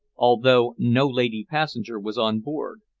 although no lady passenger was on board.